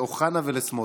לאוחנה ולסמוטריץ'.